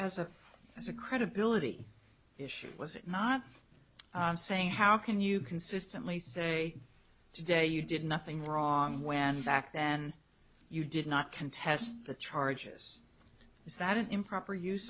as a as a credibility issue was it not saying how can you consistently say today you did nothing wrong when back then you did not contest the charges is that an improper use